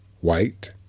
white